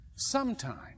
sometime